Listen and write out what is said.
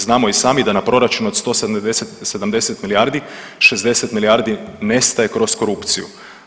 Znamo i sami da na proračun od 170 milijardi, 60 milijardi nestaje kroz korupciju.